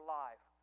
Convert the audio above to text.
life